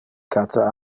cata